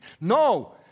No